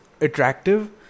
attractive